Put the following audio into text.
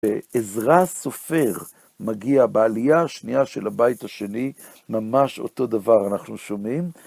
עזרא הסופר מגיע בעלייה השנייה של הבית השני, ממש אותו דבר אנחנו שומעים.